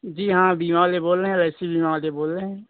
जी हाँ बीमा वाले बोल रहे हैं एल आई सी बीमा वाले बोल रहे हैं